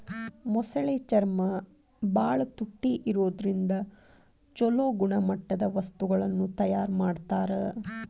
ಮೊಸಳೆ ಚರ್ಮ ಬಾಳ ತುಟ್ಟಿ ಇರೋದ್ರಿಂದ ಚೊಲೋ ಗುಣಮಟ್ಟದ ವಸ್ತುಗಳನ್ನ ತಯಾರ್ ಮಾಡ್ತಾರ